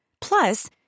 Plus